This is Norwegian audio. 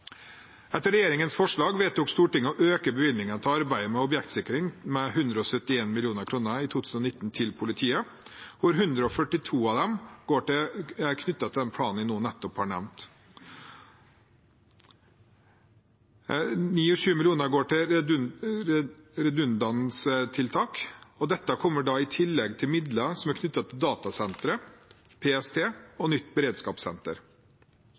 Etter regjeringens forslag vedtok Stortinget å øke bevilgningen til politiet til arbeidet med objektsikring med 171 mill. kr i 2019, hvor 142 mill. kr av dem er knyttet til den planen som jeg nettopp nå har nevnt. 29 mill. kr går til redundanstiltak, og dette kommer i tillegg til midler som er knyttet til datasentre, PST og nytt beredskapssenter.